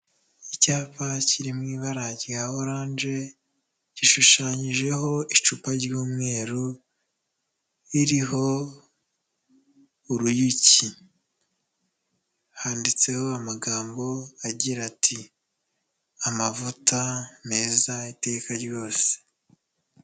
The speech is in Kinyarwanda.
Icyapa kiri mu ibara rya oranje, gishushanyijeho icupa ry'umweru ririho uruyuki, handitseho amagambo agira ati ''amavuta meza iteka ryose.''